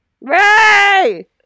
Ray